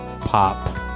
Pop